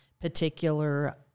particular